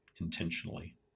intentionally